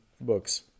books